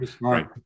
right